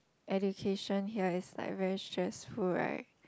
education here is like very stressful right